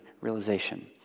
realization